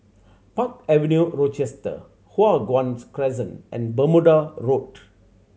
Park Avenue Rochester Hua Guan Crescent and Bermuda Road